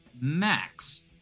max